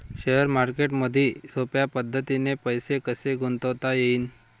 Share मार्केटमधी सोप्या पद्धतीने पैसे कसे गुंतवता येईन?